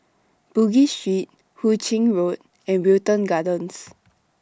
Bugis Street Hu Ching Road and Wilton Gardens